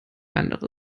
andere